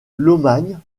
lomagne